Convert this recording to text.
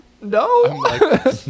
No